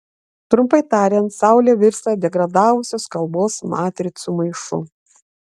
trumpai tariant saulė virsta degradavusios kalbos matricų maišu